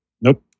Nope